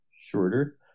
shorter